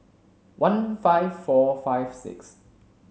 one five four five six